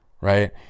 right